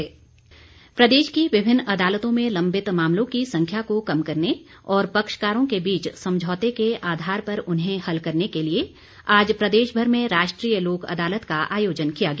लोक अदालत प्रदेश की विभिन्न अदालतों में लंबित मामलों की संख्या को कम करने और पक्षकारों के बीच समझौते के आधार पर उन्हें हल करने के लिए आज प्रदेशभर में राष्ट्रीय लोक अदालत का आयोजन किया गया